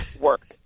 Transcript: work